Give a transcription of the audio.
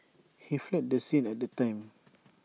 he fled the scene at that time